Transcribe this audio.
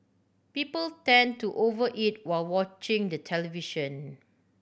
people tend to over eat while watching the television